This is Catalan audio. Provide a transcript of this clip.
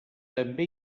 també